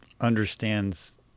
understands